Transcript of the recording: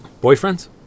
Boyfriend's